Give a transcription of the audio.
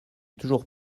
toujours